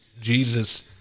Jesus